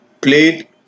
played